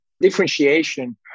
differentiation